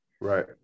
Right